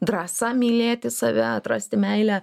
drąsa mylėti save atrasti meilę